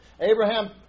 Abraham